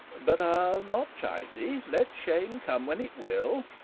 but i'll not chide thee let shame come when it will,